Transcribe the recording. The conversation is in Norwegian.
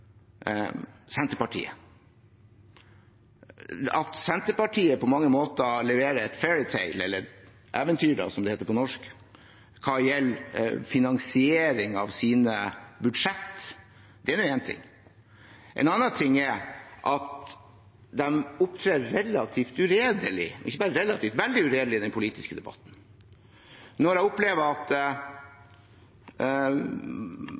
Senterpartiet. At Senterpartiet på mange måter leverer «fairytales» – eller eventyr, som det heter på norsk – hva gjelder finansiering av sine budsjett, er én ting. En annen ting er at de opptrer relativt uredelig – ikke bare relativt, men veldig uredelig – i den politiske debatten. Jeg opplever at